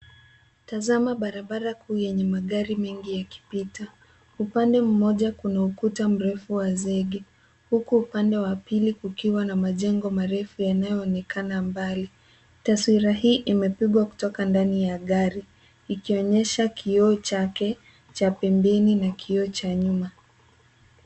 barabara yenye magari mengi yakipita. Upande mmoja kuna ukuta mrefu wa zege, huku upande mwingine kuna majengo marefu yaliyo mbali. Picha inaonyesha mwendo wa magari barabarani. Inaonyesha mbele, katikati, na nyuma ya mwendo wa magari